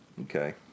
Okay